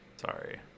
sorry